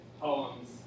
poems